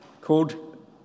called